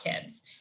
kids